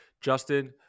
Justin